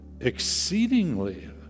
exceedingly